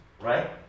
right